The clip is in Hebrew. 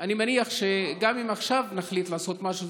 אני מניח שגם אם עכשיו נחליט לעשות משהו,